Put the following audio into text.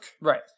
Right